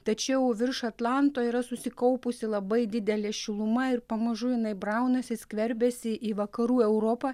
tačiau virš atlanto yra susikaupusi labai didelė šiluma ir pamažu jinai braunasi skverbiasi į vakarų europą